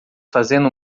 fazendo